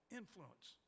influence